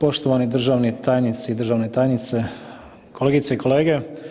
Poštovani državni tajnici i državne tajnice, kolegice i kolege.